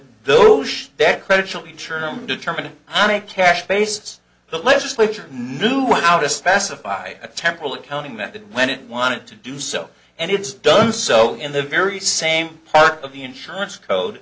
those that credits will be term determined on a cash basis the legislature knew how to specify a temporal accounting method when it wanted to do so and it's done so in the very same part of the insurance code